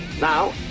now